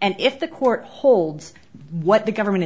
and if the court holds what the government is